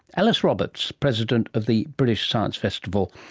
alice roberts, president of the british science festival,